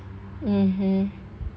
mmhmm